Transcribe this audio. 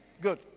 Good